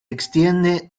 extiende